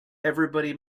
everybody